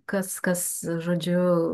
kas kas žodžiu